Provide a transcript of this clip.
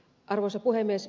arvoisa puhemies